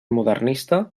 modernista